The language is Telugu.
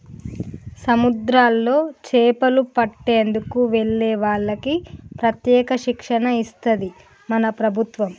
సముద్రాల్లో చేపలు పట్టేందుకు వెళ్లే వాళ్లకి ప్రత్యేక శిక్షణ ఇస్తది మన ప్రభుత్వం